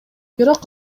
бирок